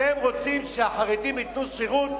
אתם רוצים שהחרדים ייתנו שירות,